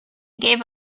gave